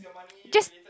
just